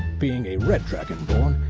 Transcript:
being a red dragonborn,